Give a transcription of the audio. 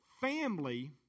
family